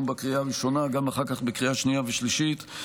בקריאה הראשונה וגם אחר כך בקריאה שנייה ושלישית,